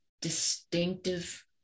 distinctive